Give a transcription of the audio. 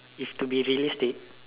if to be realistic